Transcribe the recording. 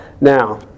Now